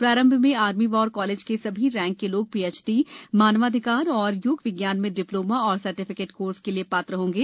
प्रारंभ में army war college के सभी रैंक के लोग पीएचडी मानवाधिकार और योग विज्ञान में डिप्लोमा और सर्टिफिकेट कोर्स के लिए शात्र होंगे